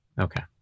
Okay